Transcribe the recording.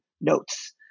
notes